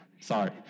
Sorry